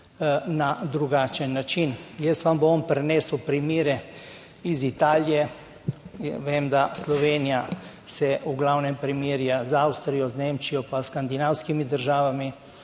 na drugačen način. Jaz vam bom prinesel primere iz Italije. Vem, da Slovenija se v glavnem primerja z Avstrijo, z Nemčijo, pa s skandinavskimi državami.